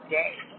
day